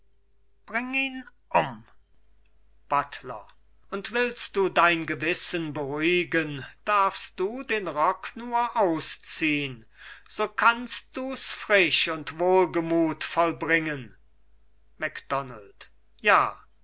bring ihn um buttler und willst du dein gewissen beruhigen darfst du den rock nur ausziehn so kannst dus frisch und wohlgemut vollbringen macdonald ja